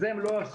את זה הם לא עשו.